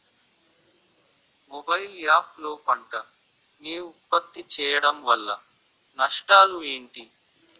Mobile app లో పంట నే ఉప్పత్తి చేయడం వల్ల నష్టాలు ఏంటి?